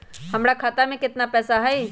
हमर खाता में केतना पैसा हई?